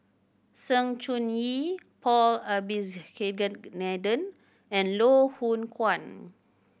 Sng Choon Yee Paul and Loh Hoong Kwan